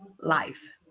life